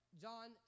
John